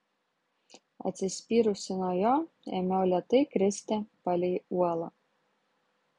atsispyrusi nuo jo ėmiau lėtai kristi palei uolą